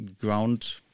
ground